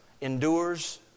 endures